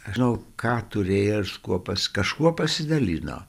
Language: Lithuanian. aš žinau ką turėjo ir su kuo kažkuo pasidalino